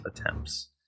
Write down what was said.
Attempts